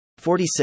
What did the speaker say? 46